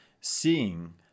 seeing